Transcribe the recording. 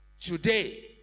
today